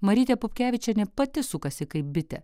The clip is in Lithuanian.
marytė pupkevičienė pati sukasi kaip bitė